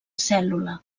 cèl·lula